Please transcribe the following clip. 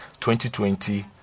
2020